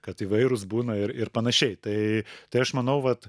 kad įvairūs būna ir ir panašiai tai tai aš manau vat